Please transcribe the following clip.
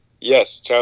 Yes